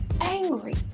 angry